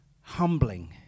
humbling